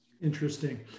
Interesting